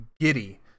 giddy